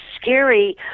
scary